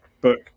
book